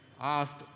asked